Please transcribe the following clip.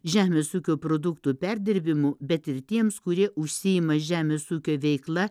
žemės ūkio produktų perdirbimu bet ir tiems kurie užsiima žemės ūkio veikla